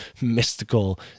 mystical